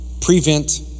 prevent